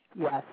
Yes